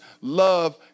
love